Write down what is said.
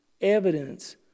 evidence